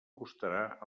costarà